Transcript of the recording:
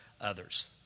others